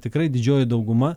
tikrai didžioji dauguma